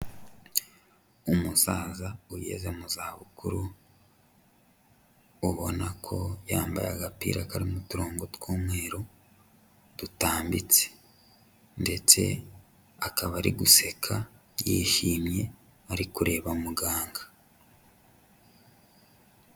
Umusaza ugeze mu zabukuru, ubona ko yambaye agapira karimo uturongo tw'umweru, dutambitse. Ndetse akaba ari guseka yishimye, ari kureba muganga.